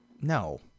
no